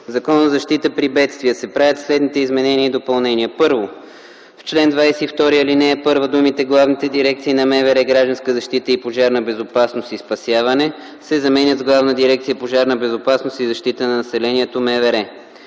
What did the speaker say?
Закона за защита при бедствия се правят следните изменения и допълнения: 1. В чл. 22, ал. 1 думите “главните дирекции на МВР - “Гражданска защита” и “Пожарна безопасност и спасяване” се заменят с “Главна дирекция “Пожарна безопасност и защита на населението” - МВР”.